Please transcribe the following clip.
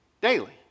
daily